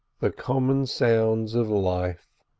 the common sounds of life,